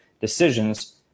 decisions